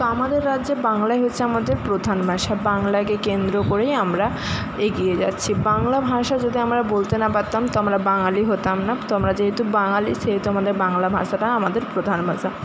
তো আমাদের রাজ্যে বাংলাই হচ্ছে আমাদের প্রধান ভাষা বাংলাকে কেন্দ্র করেই আমরা এগিয়ে যাচ্ছি বাংলা ভাষা যদি আমরা বলতে না পারতাম তো আমরা বাঙালি হতাম না তো আমরা যেহেতু বাঙালি সেহেতু আমাদের বাংলা ভাষাটা আমাদের প্রধান ভাষা